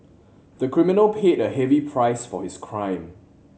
the criminal paid a heavy price for his crime